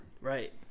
Right